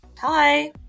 Hi